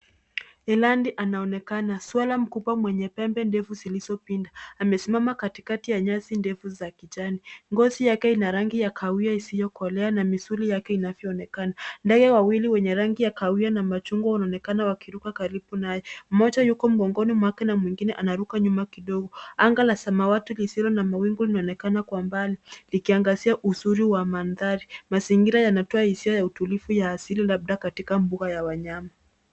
Milandi anaonekana. Swara mkubwa mwenye pembe ndevu zilizo pinda, amesimama katikati ya nyasi ndefu za kijani. Ngozi yake ina rangi ya kahawia isiyokolea na misuli yake inavyoonekana. Ndege wawili wenye rangi ya kahawia na machungwa wanaonekana wakiruka karibu naye. Mmoja yuko mgongoni mwake na mwingine anaruka nyuma kidogo. Anga la samawati lisilo na mawingu linaonekana kwa mbali, ikiangazia uzuri wa mandhari. Mazingira yanatoa hisia ya utulivu ya asili labda katika mbuga ya wanyama.